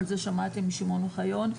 על זה שמעתם משמעון אוחיון.